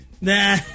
Nah